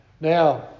Now